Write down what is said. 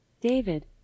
David